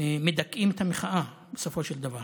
מדכאים את המחאה, בסופו של דבר.